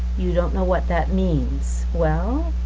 you don't know what that means? well,